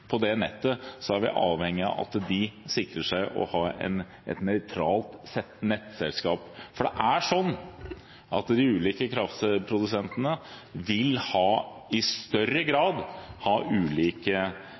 på det nettet, sikrer seg å ha et nøytralt nettselskap. For det er sånn at de ulike kraftprodusentene i større grad vil ha